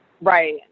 Right